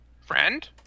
Friend